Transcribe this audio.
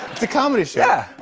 it's a comedy show. yeah.